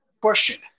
Question